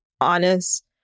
honest